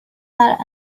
not